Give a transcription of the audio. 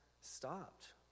stopped